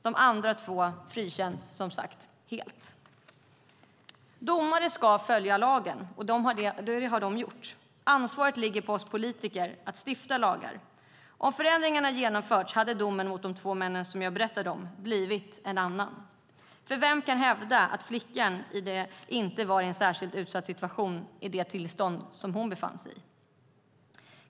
De andra två frikänns som sagt helt. Domare ska följa lagen, och det har de gjort. Ansvaret ligger på oss politiker som stiftar lagarna. Om förändringen hade genomförts hade domen mot de två männen som jag berättade om blivit en annan, för vem kan hävda att flickan inte var i en särskilt utsatt situation i det tillstånd hon befann sig i?